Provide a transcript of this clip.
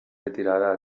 retirada